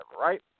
right